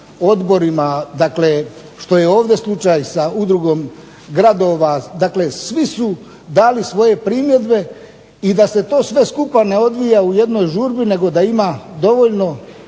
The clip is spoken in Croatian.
odborima, dakle što je ovdje slučaj sa Udrugom gradova. Dakle, svi su dali svoje primjedbe i da se to sve skupa ne odvija u jednoj žurbi nego da ima dovoljno